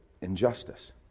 injustice